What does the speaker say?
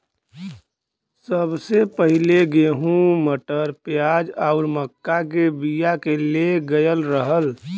सबसे पहिले गेंहू, मटर, प्याज आउर मक्का के बिया के ले गयल रहल